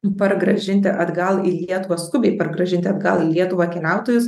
pargrąžinti atgal į lietuvą skubiai grąžinti atgal į lietuvą keliautojus